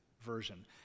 version